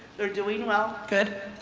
they're doing well, good.